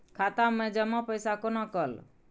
खाता मैं जमा पैसा कोना कल